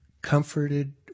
comforted